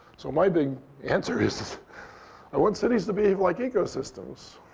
so my big answer is i want cities to be like ecosystems.